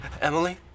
Emily